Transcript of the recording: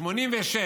ב-1986